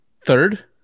Third